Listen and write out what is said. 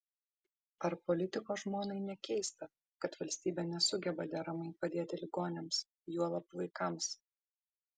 ar politiko žmonai nekeista kad valstybė nesugeba deramai padėti ligoniams juolab vaikams